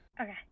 okay